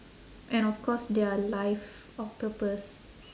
and of course their live octopus